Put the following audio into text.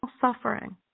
suffering